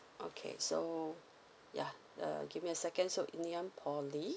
okay so yeah uh give me a second so ngeeann poly